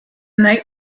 night